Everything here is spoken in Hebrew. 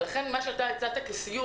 לכן מה שיבגני סובה הציע כסיור